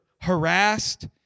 harassed